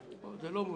זה לא חד-משמעית.